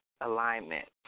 alignment